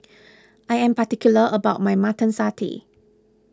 I am particular about my Mutton Satay